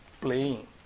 playing